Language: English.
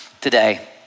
today